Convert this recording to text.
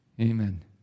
Amen